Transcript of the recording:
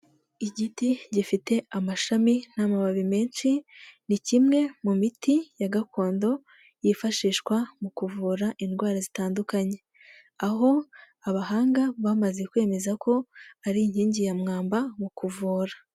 Igiti gifite amashami n'amababi menshi ni kimwe mu miti ya gakondo yifashishwa mu kuvura indwara zitandukanye, aho abahanga bamaze kwemeza ko ari inkingi ya mwamba mu kuvura.